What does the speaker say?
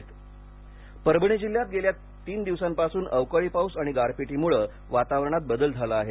परभणी पाऊस परभणी जिल्ह्यात गेल्या तीन दिवसांपासून अवकाळी पाऊस आणि गारपिटीमुळे वातावरणात बदल झाला आहे